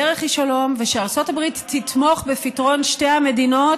שהדרך היא שלום ושארצות הברית תתמוך בפתרון שתי המדינות,